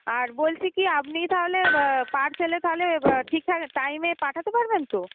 আর বলছি কি আপনি তাহলে পার্সেলে তাহলে ঠিকঠাক টাইমে পাঠাতে পারবেন তো